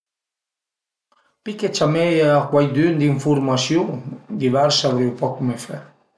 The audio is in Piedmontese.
Pi che ciameie a cuaidün d'infurmasiun, divers savrìu pa cume fe